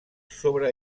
sobre